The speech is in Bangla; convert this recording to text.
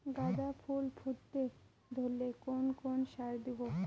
গাদা ফুল ফুটতে ধরলে কোন কোন সার দেব?